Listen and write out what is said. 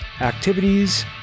activities